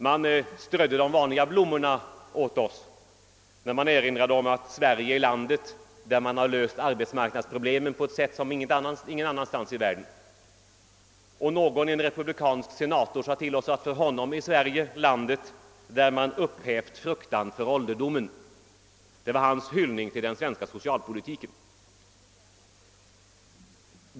Man strödde de vanliga blommorna över oss; man erinrade om att Sverige är det land som löst arbetsmarknadsproblemen på ett sätt som inget annat land i världen. En republikansk senator sade, att för honom är Sverige landet där man avskaffat fruktan för ålderdomen — det var hans hyllning till den svenska socialpolitiken.